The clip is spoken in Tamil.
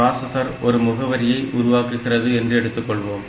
பிராசஸர் ஒரு முகவரியை உருவாக்குகிறது என்று எடுத்துக்கொள்வோம்